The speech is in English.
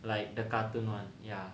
like the cartoon [one] ya